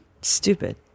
stupid